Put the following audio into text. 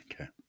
Okay